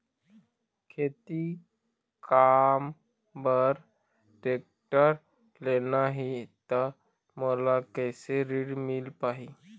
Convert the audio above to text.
खेती काम बर टेक्टर लेना ही त मोला कैसे ऋण मिल पाही?